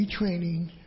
retraining